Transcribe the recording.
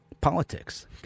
politics